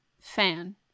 fan